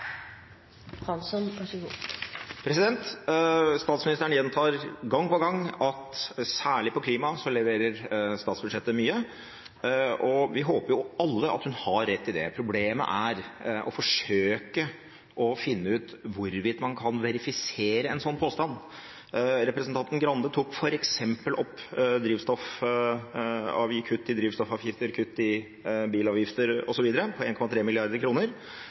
Statsministeren gjentar gang på gang at særlig på klima leverer statsbudsjettet mye, og vi håper jo alle at hun har rett i det. Problemet er å forsøke å finne ut hvorvidt man kan verifisere en slik påstand. Representanten Skei Grande tok f.eks. opp kutt i drivstoffavgifter, kutt i bilavgifter osv. på